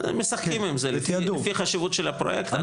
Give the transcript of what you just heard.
משחקים עם זה, לפי החשיבות של הפרוייקט.